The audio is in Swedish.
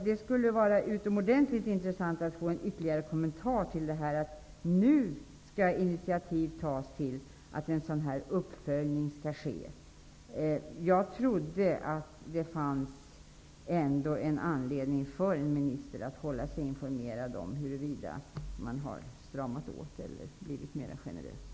Det skulle vara utomordentligt intressant att få en ytterligare kommentar till att intitiativ nu skall tas till en uppföljning. Jag trodde att det fanns anledning för en minister att hålla sig informerad om huruvida man har stramat åt eller blivit mer generös.